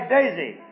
Daisy